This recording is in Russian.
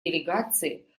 делегации